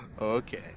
Okay